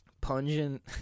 pungent